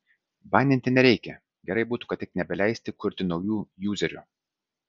baninti nereikia gerai būtų tik nebeleisti kurti naujų juzerių